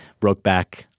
Brokeback